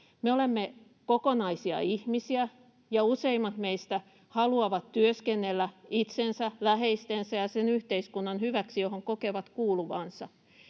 Me olemme kokonaisia ihmisiä, ja useimmat meistä haluavat työskennellä itsensä, läheistensä ja sen yhteiskunnan hyväksi, johon kokevat kuuluvansa.